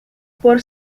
por